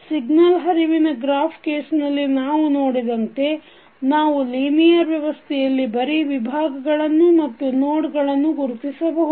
signal ಹರಿವಿನ graph ಕೇಸನಲ್ಲಿ ನಾವು ನೋಡಿದಂತೆ ನಾವು ಲೀನಿಯರ್ ವ್ಯವಸ್ಥೆಯಲ್ಲಿ ಬರೀ ವಿಭಾಗಗಳನ್ನು ಮತ್ತು ನೋಡ್ ಗಳನ್ನು ಗುರುತಿಸಬಹುದು